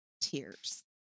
tears